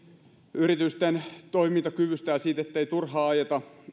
yritysten toimintakyvystä ja siitä ettei turhaan